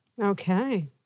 Okay